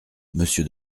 monsieur